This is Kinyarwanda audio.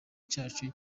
cyacu